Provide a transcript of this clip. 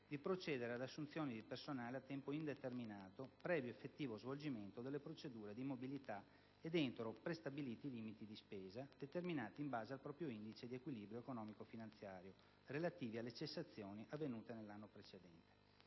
di procedere ad assunzioni di personale a tempo indeterminato, previo effettivo svolgimento delle procedure di mobilità ed entro prestabiliti limiti di spesa, determinati in base al proprio indice di equilibrio economico-finanziario, relativi alle cessazioni avvenute nell'anno precedente.